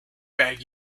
beg